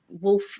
wolf